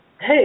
hey